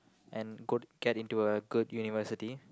and go get into a good university